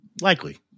Likely